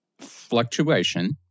fluctuation